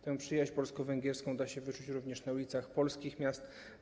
Tę przyjaźń polsko-węgierską da się wyczuć również na ulicach polskich miast.